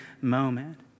moment